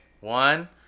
One